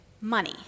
money